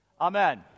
amen